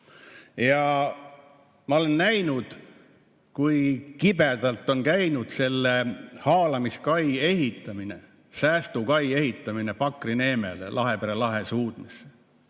Ma olen näinud, kui kibedalt on käinud selle haalamiskai ehitamine, säästukai ehitamine Pakri neemele, Lahepere lahe suudmesse.